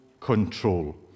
control